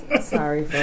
Sorry